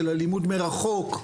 של הלימוד מרחוק,